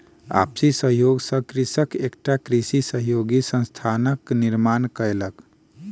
आपसी सहयोग सॅ कृषक एकटा कृषि सहयोगी संस्थानक निर्माण कयलक